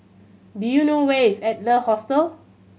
do you know where is Adler Hostel